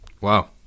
wow